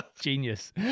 genius